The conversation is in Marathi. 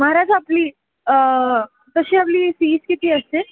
माराज आपली तशी आपली फीज किती असते